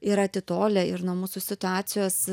ir atitolę ir nuo mūsų situacijos